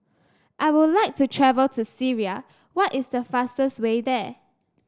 I would like to travel to Syria what is the fastest way there